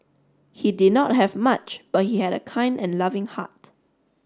he did not have much but he had a kind and loving heart